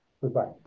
Goodbye